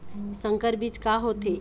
संकर बीज का होथे?